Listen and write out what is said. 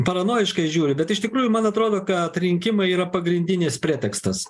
paranojiškai žiūriu bet tai iš tikrųjų man atrodo kad rinkimai yra pagrindinis pretekstas